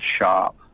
shop